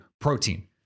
Protein